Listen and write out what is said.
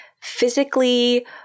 physically